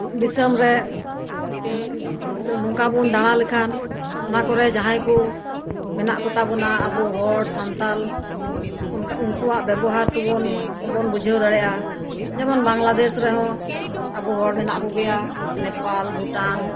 ᱫᱤᱥᱚᱢ ᱨᱮ ᱱᱚᱝᱠᱟ ᱵᱚᱱ ᱫᱟᱲᱟ ᱞᱮᱠᱷᱟᱱ ᱚᱱᱟ ᱠᱚᱨᱮ ᱡᱟᱦᱟᱭ ᱠᱩ ᱢᱮᱱᱟᱜ ᱠᱚᱛᱟ ᱵᱚᱱᱟ ᱟᱵᱚ ᱦᱚᱲ ᱥᱟᱱᱛᱟᱞ ᱚᱱᱠᱟ ᱩᱱᱠᱩᱭᱟᱜ ᱵᱮᱵᱚᱦᱟᱨ ᱠᱚᱵᱚᱱᱟ ᱵᱩᱡᱷᱟᱹᱣ ᱫᱟᱲᱮᱭᱟᱜᱼᱟ ᱡᱮᱢᱚᱱ ᱵᱟᱝᱞᱟ ᱫᱮᱥ ᱨᱮᱦᱚᱸ ᱟᱵᱚ ᱦᱚᱲ ᱢᱮᱱᱟᱜ ᱠᱚᱜᱮᱭᱟ ᱱᱮᱯᱟᱞ ᱵᱷᱩᱴᱟᱱ